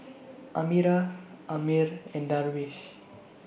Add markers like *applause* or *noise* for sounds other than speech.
*noise* Amirah Ammir and Darwish